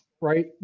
right